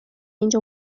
اینجا